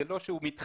זה לא שהוא מתחתן